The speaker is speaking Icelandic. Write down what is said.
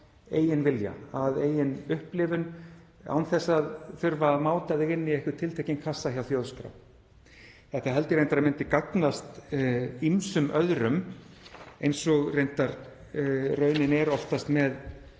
eigin vilja, að eigin upplifun, án þess að þurfa að máta þig inn í einhvern tiltekinn kassa hjá Þjóðskrá. Þetta held ég reyndar að myndi gagnast ýmsum öðrum eins og er reyndar oftast